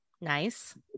nice